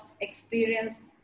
experience